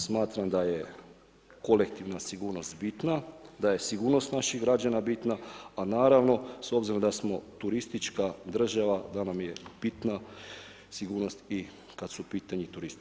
Smatram da je kolektivna sigurnost bitna, da je sigurnost naših građana bitna, a naravno, s obzirom da smo turistička država, da nam je bitna sigurnost i kad su u pitanju turisti.